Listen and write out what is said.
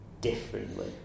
differently